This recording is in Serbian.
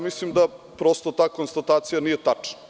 Mislim da prosto ta konstatacija nije tačna.